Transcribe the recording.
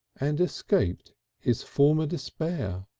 and escaped his former despair.